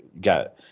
got